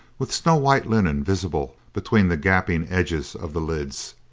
with snow-white linen visible between the gaping edges of the lids.